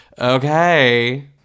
okay